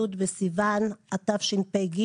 י' בסיוון התשפ"ג,